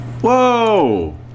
Whoa